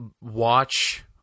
Watch